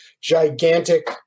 gigantic